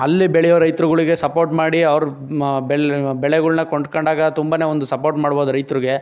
ಅಲ್ಲಿ ಬೆಳೆಯುವ ರೈತರುಗಳಿಗೆ ಸಪೋರ್ಟ್ ಮಾಡಿ ಅವರು ಬೆಳೆಗಳನ್ನ ಕೊಂಡ್ಕೊಂಡಾಗ ತುಂಬನೇ ಒಂದು ಸಪೋರ್ಟ್ ಮಾಡಬೌದು ರೈತ್ರಿಗೆ